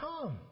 come